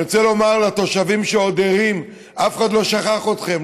אני רוצה לומר לתושבים שעוד ערים: אף אחד לא שכח אתכם,